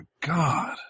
god